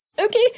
Okay